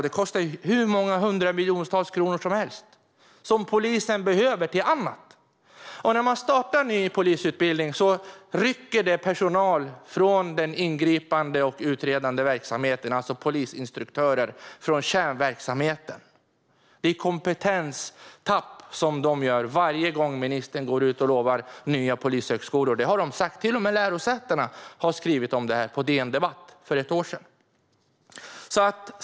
Det kostar hur många hundra miljoner kronor som helst som polisen behöver till annat. När man startar en ny polisutbildning rycker det personal från den ingripande och utredande verksamheten, alltså polisinstruktörer från kärnverksamheten. Det är ett kompetenstapp som de gör varje gång ministern går ut och lovar nya polishögskolor. Till och med lärosätena har skrivit om det på DN Debatt för ett år sedan.